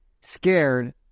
scared